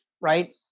right